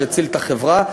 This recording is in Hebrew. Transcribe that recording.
שהציל את החברה.